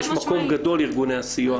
ויש מקום גדול לארגוני הסיוע,